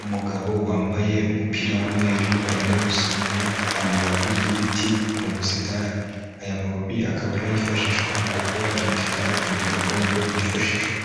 Umugabo wambaye umupira w'umweru, arimo gusoroma amababi y'ibiti mu busitani, aya mababi akaba ari ayifashishwa mu gukora imiti itandukanye gakondo yifashishwa